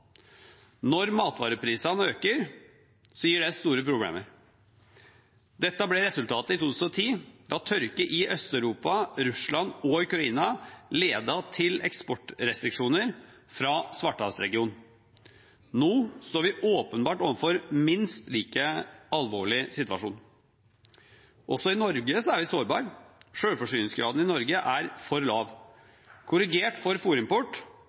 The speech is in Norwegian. Når matvareprisene øker, gir det store problemer. Dette ble resultatet i 2010 da tørke i Øst-Europa, Russland og Ukraina ledet til eksportrestriksjoner fra Svartehavsregionen. Nå står vi åpenbart overfor en minst like alvorlig situasjon. Også i Norge er vi sårbare. Selvforsyningsgraden i Norge er for lav. Korrigert for